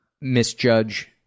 misjudge